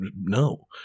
no